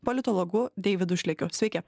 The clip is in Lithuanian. politologu deividu šlekiu sveiki